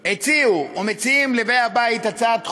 הציעו או מציעים לבאי הבית הצעת חוק,